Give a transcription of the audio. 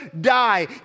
die